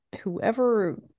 whoever